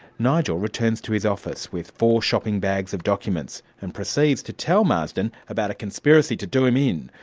nigel returns to his office with four shopping bags of documents and proceeds to tell marsden about a conspiracy to do him in.